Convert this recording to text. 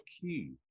key